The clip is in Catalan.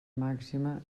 màxima